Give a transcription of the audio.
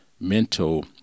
mental